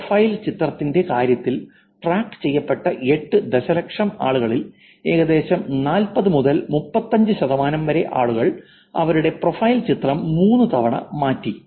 profile ചിത്രത്തിന്റെ കാര്യത്തിൽ track ചെയ്യപ്പെട്ട 8 ദശലക്ഷം ആളുകളിൽ ഏകദേശം 40 മുതൽ 35 ശതമാനം വരെ ആളുകൾ അവരുടെ പ്രൊഫൈൽ ചിത്രം 3 തവണ മാറ്റി